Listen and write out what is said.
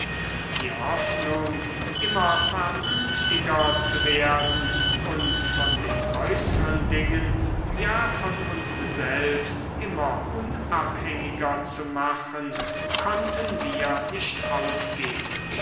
die hoffnung immer vernünftiger zu werden uns von den äußeren dingen ja von uns selbst immer unabhängiger zu machen konnten wir nicht aufgeben